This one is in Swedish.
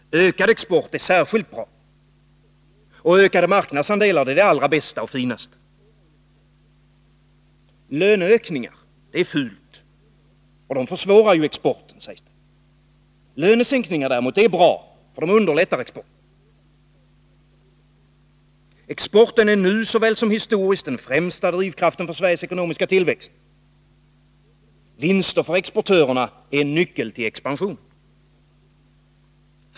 Ökad export är särskilt bra. Ökade marknadsandelar är det allra bästa. Löneökningar är fult. De försvårar exporten. Lönesänkningar är däremot bra. De underlättar exporten. Exporten är nu såväl som historiskt den främsta drivkraften för Sveriges ekonomiska tillväxt. Vinster för exportörerna är en nyckel till expansionen.